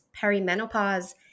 perimenopause